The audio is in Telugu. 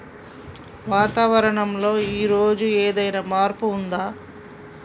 వాతావరణం లో ఈ రోజు ఏదైనా మార్పు ఉందా?